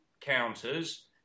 counters